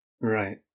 Right